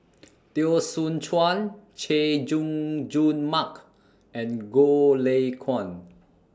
Teo Soon Chuan Chay Jung Jun Mark and Goh Lay Kuan